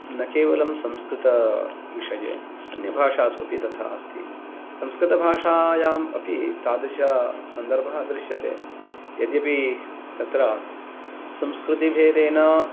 न केवलं संस्कृतविषये अन्यभाषास्वपि तथा अस्ति संस्कृतभाषायाम् अपि तादृशसंदर्भः दृश्यते यद्यपि तत्र संस्कृतिभेदेन